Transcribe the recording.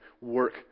work